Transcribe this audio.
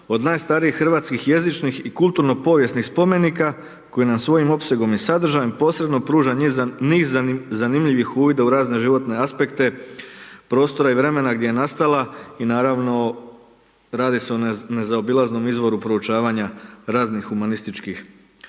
od najstarijih hrvatskih jezičnih i kulturno povijesnih spomenika koji nam svojim opsegom i sadržajem posredno pruža niz zanimljivih uvida u razne životne aspekte, prostora i vremena gdje je nastala i naravno radi se o nezaobilaznom izvoru proučavanja raznih humanističkih